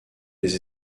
des